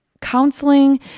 counseling